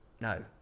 No